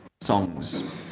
songs